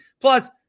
Plus